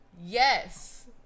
yes